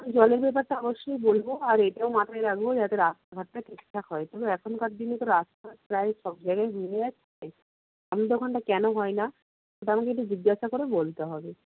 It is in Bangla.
জলের ব্যাপারটা অবশ্যই বলবো আর এটাও মাথায় রাখবো যাতে রাস্তা ফাস্তা ঠিকঠাক হয় এখনকার দিনে তো রাস্তা প্রায় সব জায়গায় ভেঙ্গে যাচ্ছে কেন হয় না ওটা আমাকে একটু জিজ্ঞাসা করে বলতে হবে